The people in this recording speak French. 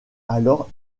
alors